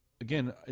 again